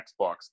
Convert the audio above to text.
Xbox